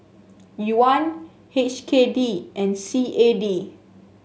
Yuan H K D and C A D